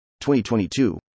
2022